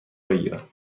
بگیرم